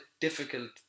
difficult